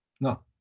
No